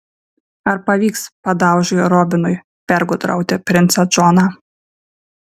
ar pavyks padaužai robinui pergudrauti princą džoną